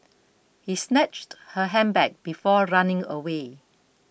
he snatched her handbag before running away